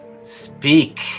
speak